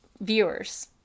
viewers